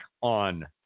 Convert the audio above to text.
on